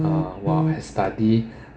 uh while I study